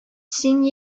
син